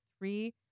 three